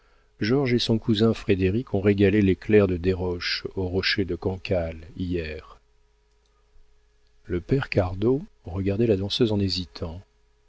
et son cousin frédéric ont régalé les clercs de desroches au rocher de cancale hier le père cardot regardait la danseuse en hésitant